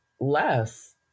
less